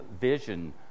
vision